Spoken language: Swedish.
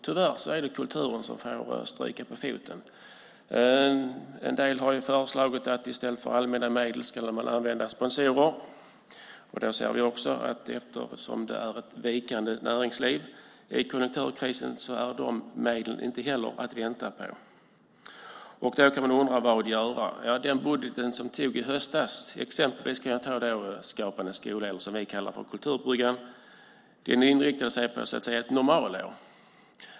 Tyvärr är det kulturen som får stryka på foten. En del har föreslagit att i stället för allmänna medel skulle man använda sponsorer. Eftersom det i konjunkturkrisen är ett vikande näringsliv är de medlen inte heller att förvänta. Då kan man undra: Vad göra? Den budget som antogs i höstas - som exempel kan jag ta Skapande skola och det vi kallar för Kulturbryggan - inriktar sig så att säga på ett normalår.